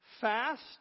fast